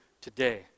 today